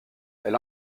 elle